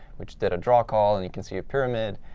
which did a draw call, and you can see a pyramid,